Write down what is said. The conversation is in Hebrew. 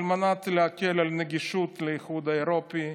על מנת להקל את הנגישות לאיחוד האירופי,